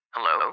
Hello